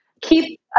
keep